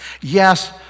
Yes